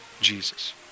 Jesus